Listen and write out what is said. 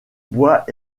bois